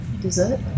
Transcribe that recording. dessert